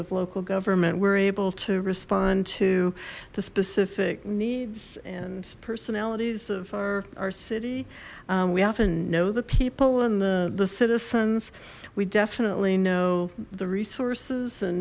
of local government we're able to respond to the specific needs and personalities of our our city we often know the people and the the citizens we definitely know the resources and